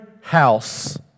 house